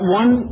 one